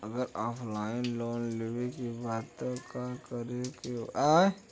अगर offline loan लेवे के बा त का करे के होयी?